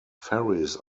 ferries